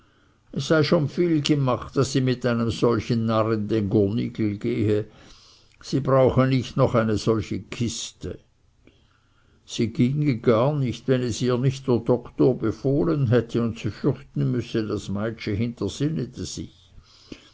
es sei schon viel gemacht daß sie mit einem solchen narr in den gurnigel gehe sie brauche nicht noch eine solche kiste sie ginge gar nicht wenn es ihr nicht der doktor befohlen hätte und sie fürchten müßte das meitschi hintersinnete sich